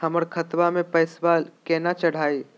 हमर खतवा मे पैसवा केना चढाई?